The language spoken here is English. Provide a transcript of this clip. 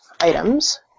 items